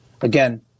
Again